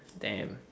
damn